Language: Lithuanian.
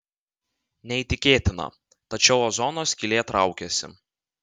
neįtikėtina tačiau ozono skylė traukiasi